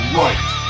right